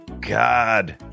God